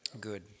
Good